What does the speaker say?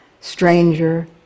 stranger